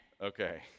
Okay